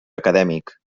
acadèmic